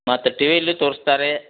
ಮತ್ತು ಟಿವಿಲಿ ತೋರ್ಸ್ತಾರೆ